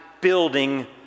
building